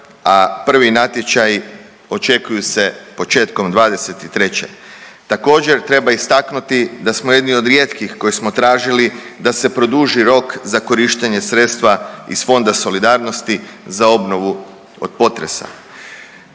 a prvi natječaji očekuju se početkom '23. Također treba istaknuti da smo jedni od rijetkih koje smo tražili da se produži rok za korištenje sredstva iz Fonda solidarnosti za obnovu od potresa.